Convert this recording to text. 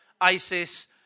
ISIS